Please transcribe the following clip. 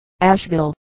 Asheville